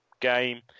game